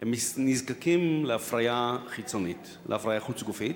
הם נזקקים להפריה חיצונית, להפריה חוץ-גופית,